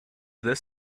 this